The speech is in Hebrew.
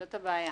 זאת הבעיה.